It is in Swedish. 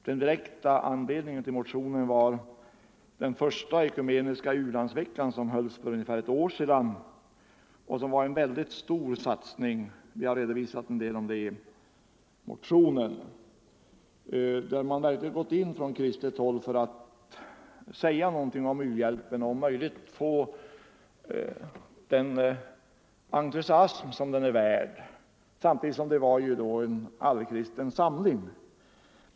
Den direkta anledningen till motionen var den första ekumeniska u-landsveckan, som hölls för ungefär ett år sedan och som var en mycket stor satsning. Vi har redovisat en del uppgifter om detta i motionen. Man hade verkligen från kristet håll gått in för att säga något om u-hjälpen och för att om möjligt skapa den entusiasm som den är värd. Det var samtidigt en allkristen samling.